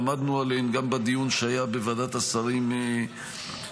עמדנו עליהן גם בדיון שהיה בוועדת השרים לחקיקה.